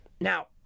Now